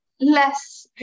less